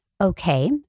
Okay